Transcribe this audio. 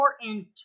important